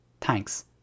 thanks